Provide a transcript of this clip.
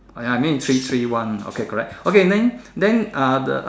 ah I mean is three three one okay correct okay then then are the